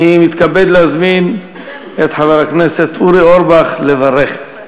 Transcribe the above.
אני מתכבד להזמין את חבר הכנסת אורי אורבך לברך.